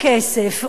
גם אין כסף,